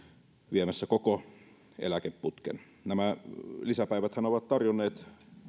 viemässä koko eläkeputken nämä lisäpäiväthän ovat tarjonneet